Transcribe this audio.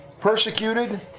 persecuted